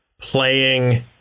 playing